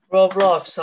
Roblox